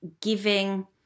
giving